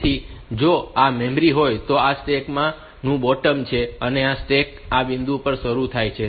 તેથી જો આ મેમરી હોય તો આ સ્ટેક નું બોટમ છે અને સ્ટેક આ બિંદુથી શરૂ થાય છે